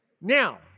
Now